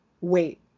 wait